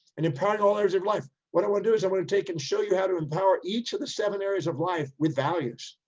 and empowering all areas of life. what i want to do is i'm going to take and show you how to empower each of the seven areas of life, with values.